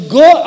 go